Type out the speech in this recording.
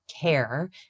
care